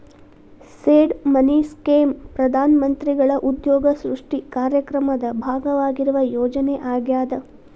seed money scheme ಪ್ರಧಾನ ಮಂತ್ರಿಗಳ ಉದ್ಯೋಗ ಸೃಷ್ಟಿ ಕಾರ್ಯಕ್ರಮದ ಭಾಗವಾಗಿರುವ ಯೋಜನೆ ಆಗ್ಯಾದ